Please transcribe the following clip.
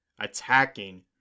attacking